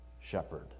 shepherd